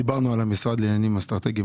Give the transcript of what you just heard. דיברנו על המשרד לעניינים אסטרטגיים,